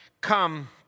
come